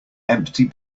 empty